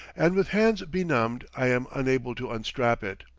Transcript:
and, with hands benumbed, i am unable to unstrap it.